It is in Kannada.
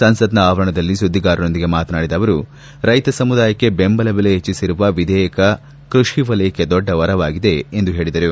ಸಂಸತ್ನ ಆವರಣದಲ್ಲಿ ಸುದ್ದಿಗಾರರೊಂದಿಗೆ ಮಾತನಾಡಿದ ಅವರು ರೈತ ಸಮುದಾಯಕ್ಕೆ ಬೆಂಬಲ ಬೆಲೆ ಹೆಚ್ಚಿಸಿರುವ ವಿಧೇಯಕ ಕೃಷಿ ವಲಯಕ್ಕೆ ದೊಡ್ಡ ವರವಾಗಿದೆ ಎಂದು ಅವರು ಹೇಳಿದರು